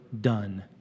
done